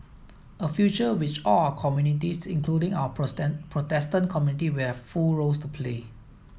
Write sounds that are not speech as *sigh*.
a future which all our communities including our *unintelligible* Protestant community will have full roles to play